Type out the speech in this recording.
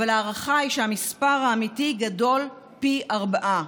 אך ההערכה היא שהמספר האמיתי גדול פי ארבעה.